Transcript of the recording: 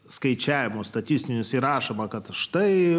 skaičiavimo statistinius įrašoma kad štai